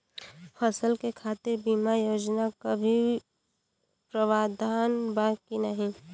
फसल के खातीर बिमा योजना क भी प्रवाधान बा की नाही?